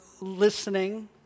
listening